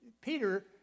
Peter